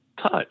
touch